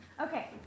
Okay